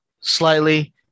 slightly